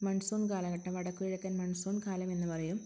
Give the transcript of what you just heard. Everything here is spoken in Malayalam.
മൺസൂൺ കാലഘട്ടം വടക്കുകിഴക്കൻ മൺസൂൺ കാലമെന്ന് പറയും